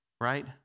right